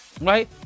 Right